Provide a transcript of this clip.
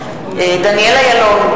דניאל אילון,